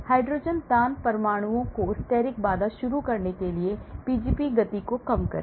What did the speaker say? hydrogen दान परमाणुओं को steric बाधा शुरू करके Pgp गति को कम करें